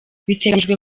biteganyijwe